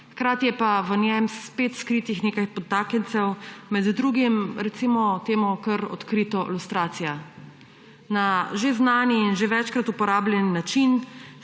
hkrati je pa v njem spet skritih nekaj podtaknjencev, med drugim recimo temu kar odkrito lustracija. Na že znan in že večkrat uporabljen način